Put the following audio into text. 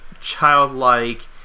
childlike